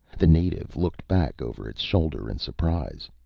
the native looked back over its shoulder in surprise.